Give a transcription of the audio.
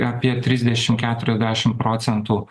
apie trisdešim keturiasdešim procentų